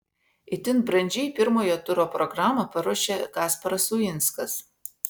itin brandžiai pirmojo turo programą paruošė kasparas uinskas